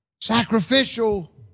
sacrificial